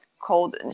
cold